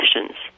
sessions